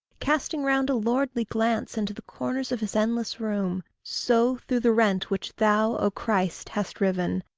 casting round a lordly glance into the corners of his endless room, so, through the rent which thou, o christ, hast riven,